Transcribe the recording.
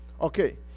Okay